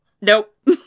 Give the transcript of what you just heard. Nope